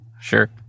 Sure